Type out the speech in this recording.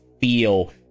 feel